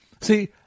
see